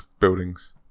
buildings